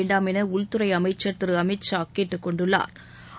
வேண்டாமென உள்துறை அமைச்சா் திரு அமித்ஷா கேட்டுக் கொண்டுள்ளாா்